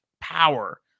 power